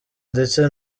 ndetse